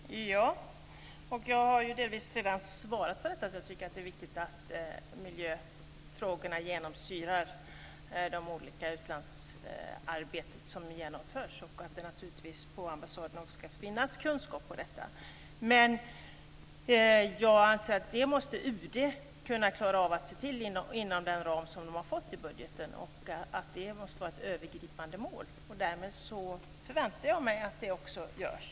Fru talman! Jag har delvis redan svarat på detta. Jag tycker att det är viktigt att miljöfrågorna genomsyrar olika slags utlandsarbete som genomförs och att det naturligtvis på ambassaderna ska finnas kunskap om detta. Men jag anser också att UD måste kunna klara av det inom den ram som man har fått i budgeten och att det måste vara ett övergripande mål. Därmed förväntar jag mig att det också görs.